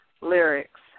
lyrics